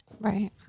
right